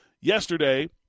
yesterday –